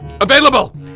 available